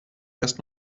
erst